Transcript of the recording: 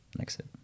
exit